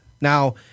now